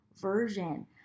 version